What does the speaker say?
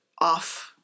off-